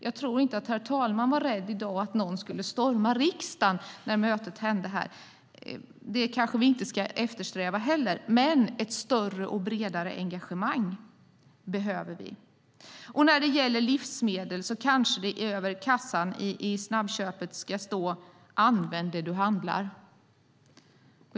Jag tror inte att herr talmannen var rädd att någon skulle storma riksdagen i dag när det var möte här. Det ska vi kanske inte heller eftersträva, men vi behöver ett större och bredare engagemang. Över kassan i snabbköpet ska det kanske stå: Använd det du handlar!